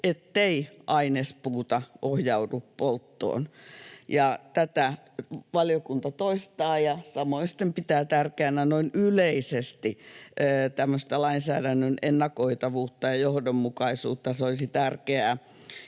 ettei ainespuuta ohjaudu polttoon. Tätä valiokunta toistaa ja samoin sitten pitää tärkeänä noin yleisesti tämmöistä lainsäädännön ennakoitavuutta ja johdonmukaisuutta. Se olisi tärkeää,